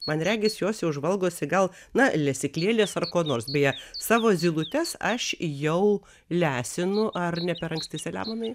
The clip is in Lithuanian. man regis jos jau žvalgosi gal na lesyklėlės ar ko nors bijo savo zylutes aš jau lesinu ar ne per anksti selemonai